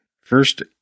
First